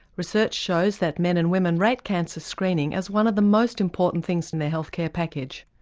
research shows that men and women rate cancer screening as one of the most important things in their health care package.